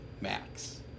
Max